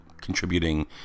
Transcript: contributing